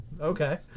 Okay